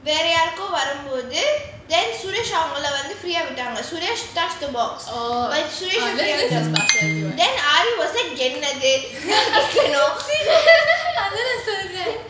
வேற யாருக்கோ வரும் போது:vera yarukko varum pothu then suresh அவங்கள வந்து:avangala vanthu free ah விட்டாங்க:vitaanga then suresh touched the box but suresh then aari was like என்னது:ennathu